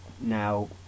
now